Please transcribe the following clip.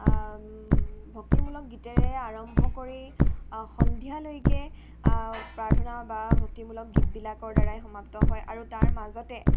ভক্তিমূলক গীতেৰে আৰম্ভ কৰি সন্ধিয়ালৈকে প্ৰাৰ্থনা বা ভক্তিমূলক গীতবিলাকৰ দ্বাৰাই সমাপ্ত হয় আৰু তাৰ মাজতে